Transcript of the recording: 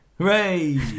Hooray